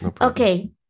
Okay